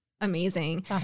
amazing